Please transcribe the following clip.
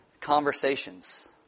conversations